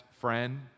friend